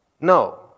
No